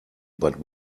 but